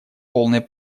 полной